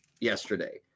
yesterday